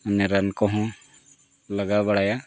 ᱢᱟᱱᱮ ᱨᱟᱱ ᱠᱚᱦᱚᱸ ᱞᱟᱜᱟᱣ ᱵᱟᱲᱟᱭᱟ